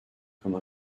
comme